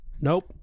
Nope